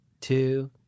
two